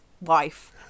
wife